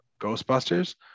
Ghostbusters